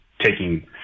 taking